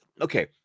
okay